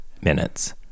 minutes